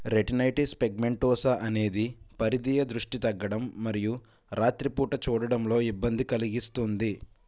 retinitis pigmentosa అనేది పరిధీయ దృష్టి తగ్గడం మరియు రాత్రిపూట చూడడంలో ఇబ్బంది కలిగిస్తుంది